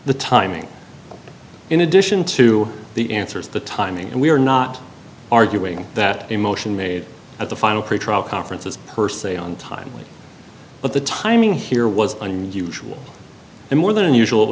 the timing in addition to the answers the timing and we are not arguing that a motion made at the final pretrial conference is per se on time but the timing here was unusual and more than unusual